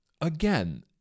again